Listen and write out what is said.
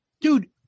dude